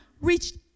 reached